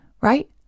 right